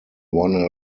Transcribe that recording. won